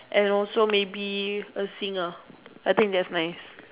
and also maybe a singer I think that's nice